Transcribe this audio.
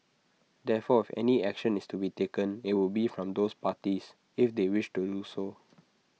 therefore if any action is to be taken IT would be from those parties if they wish to do so